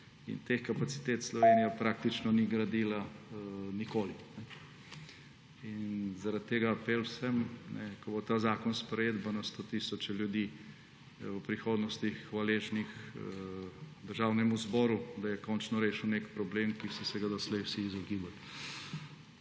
Teh kapacitet Slovenija praktično ni gradila nikoli. Zaradi tega apel vsem, ko bo ta zakon sprejet, bo na sto tisoče ljudi v prihodnosti hvaležnih Državnemu zboru, da je končno rešil nek problem, ki so se ga doslej vsi izogibali.